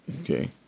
Okay